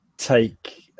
take